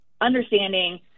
understanding